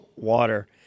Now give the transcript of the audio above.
Water